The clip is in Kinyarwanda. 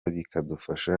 bikadufasha